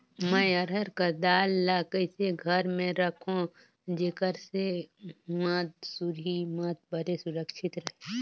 मैं अरहर कर दाल ला कइसे घर मे रखों जेकर से हुंआ सुरही मत परे सुरक्षित रहे?